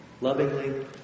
lovingly